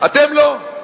אתם לא.